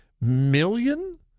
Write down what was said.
million